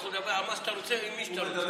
אתה יכול לדבר על מה שאתה רוצה עם מי שאתה רוצה.